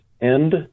end